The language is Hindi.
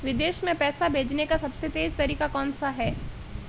विदेश में पैसा भेजने का सबसे तेज़ तरीका कौनसा है?